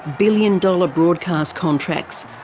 billion-dollar broadcast contracts,